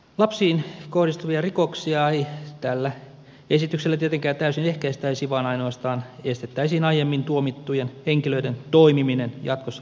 lapsiin kohdistuvia rikoksia ei tällä esityksellä tietenkään täysin ehkäistäisi vaan ainoastaan estettäisiin aiemmin tuomittujen henkilöiden toimiminen jatkossa lasten kanssa